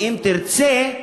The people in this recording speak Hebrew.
ואם תרצה,